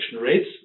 rates